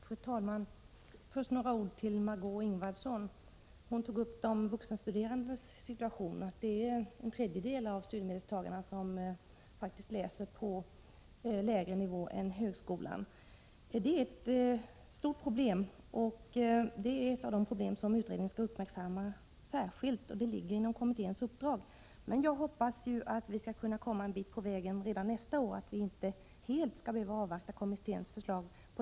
Fru talman! Först några ord till Margé Ingvardsson, som tog upp de vuxenstuderandes situation och påpekade att en tredjedel av studiemedelstagarna läser på lägre nivå än högskolan. Det är ett stort problem, och det ingår i utredningens uppdrag att särskilt uppmärksamma detta. Jag hoppas att det går att komma en bit på vägen redan nästa år, utan att man avvaktar kommitténs förslag.